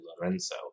Lorenzo